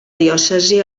diòcesi